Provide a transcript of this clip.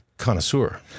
connoisseur